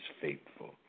faithful